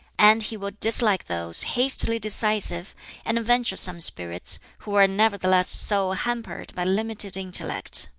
and he will dislike those hastily decisive and venturesome spirits who are nevertheless so hampered by limited intellect.